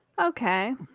Okay